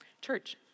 Church